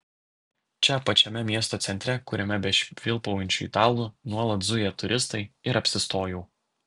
čia pačiame miesto centre kuriame be švilpaujančių italų nuolat zuja turistai ir apsistojau